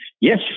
Yes